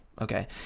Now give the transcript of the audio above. Okay